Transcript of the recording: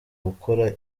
gukora